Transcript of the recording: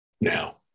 now